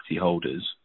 holders